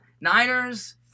Niners